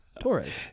Torres